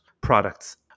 products